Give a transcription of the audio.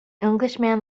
englishman